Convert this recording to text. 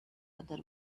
other